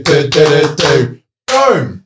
Boom